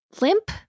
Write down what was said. Limp